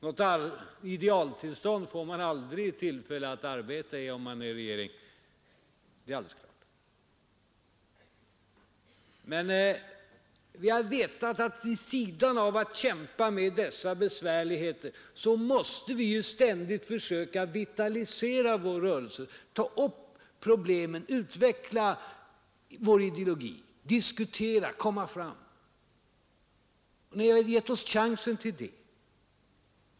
Något idealtillstånd får man aldrig tillfälle att arbeta i, om man tillhör en regering, men vi har vetat att vid sidan av att kämpa med dessa besvärligheter måste vi ständigt vitalisera vår rörelse: ta upp problemen, utveckla vår ideologi, diskutera, komma fram. Ni har gett oss chansen till det.